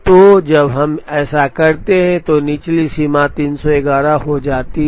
तो जब हम ऐसा करते हैं तो निचली सीमा 311 हो जाती है